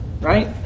right